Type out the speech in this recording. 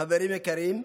חברים יקרים,